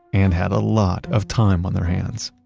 and had a lot of time on their hands.